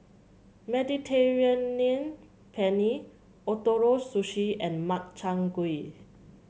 Mediterranean Penne Ootoro Sushi and Makchang Gui